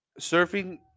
surfing